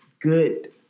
good